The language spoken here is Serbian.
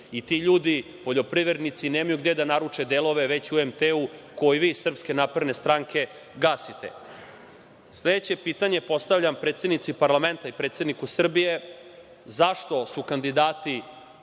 i ti ljudi, poljoprivrednici, nemaju gde da naruče delove već u IMT koji vi iz SNS gasite. Sledeće pitanje postavljam predsednici Parlamenta i predsedniku Srbije - zašto su kandidati